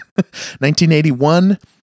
1981